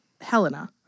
Helena